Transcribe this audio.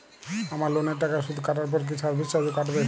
আমার লোনের টাকার সুদ কাটারপর কি সার্ভিস চার্জও কাটবে?